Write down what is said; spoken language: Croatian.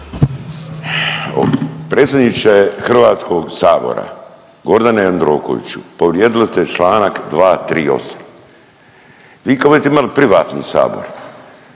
Predsjedniče Hrvatskog sabora Gordane Jandrokoviću povrijedili ste članak 238. Vi kada budete imali privatni Sabor